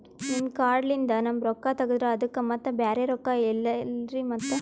ನಿಮ್ ಕಾರ್ಡ್ ಲಿಂದ ನಮ್ ರೊಕ್ಕ ತಗದ್ರ ಅದಕ್ಕ ಮತ್ತ ಬ್ಯಾರೆ ರೊಕ್ಕ ಇಲ್ಲಲ್ರಿ ಮತ್ತ?